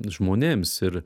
žmonėms ir